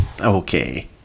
Okay